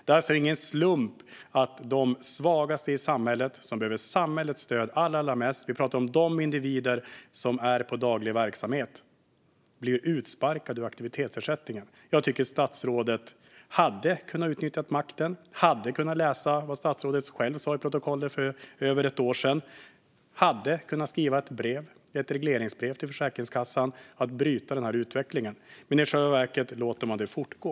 Det är alltså ingen slump att de svagaste i samhället, som behöver samhällets stöd allra mest, de individer som är på daglig verksamhet, blir utsparkade ur aktivitetsersättningen. Jag tycker att statsrådet hade kunnat utnyttja makten. Han hade kunnat läsa i protokollet vad han själv sa för över ett år sedan. Han hade kunnat skriva ett regleringsbrev till Försäkringskassan om att bryta den här utvecklingen. Men i själva verket låter man den fortgå.